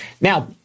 Now